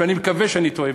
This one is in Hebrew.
ואני מקווה שאני טועה,